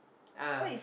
ah